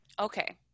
Okay